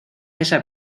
esa